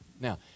Now